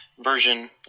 version